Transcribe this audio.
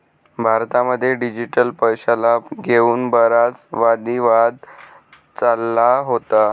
भारतामध्ये डिजिटल पैशाला घेऊन बराच वादी वाद चालला होता